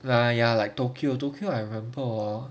ya ya like tokyo tokyo I remember